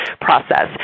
process